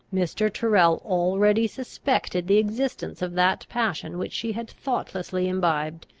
mr. tyrrel already suspected the existence of that passion which she had thoughtlessly imbibed.